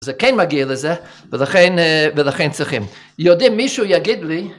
זה כן מגיע לזה, ולכן... ולכן צריכים. יודעים, מישהו יגיד לי, ...